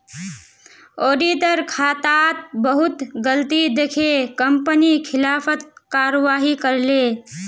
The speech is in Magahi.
ऑडिटर खातात बहुत गलती दखे कंपनी खिलाफत कारवाही करले